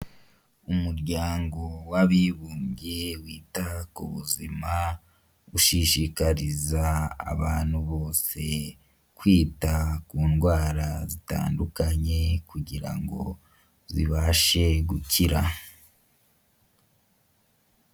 Umuryango w'abibumbye wita ku buzima, ushishikariza abantu bose kwita ku ndwara zitandukanye kugirango zibashe gukira.